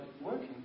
working